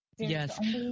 Yes